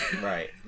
Right